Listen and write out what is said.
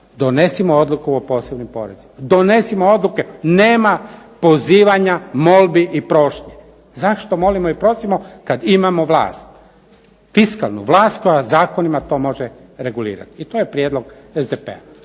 donesimo odluku o posebnim porezima. Donesimo odluke. Nema pozivanja, molbi i prošnji. Zašto molimo i prosimo kad imamo vlast? Fiskalnu vlast koja zakonima to može regulirati. I to je prijedlog SDP-a.